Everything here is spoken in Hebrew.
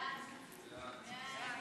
ההצעה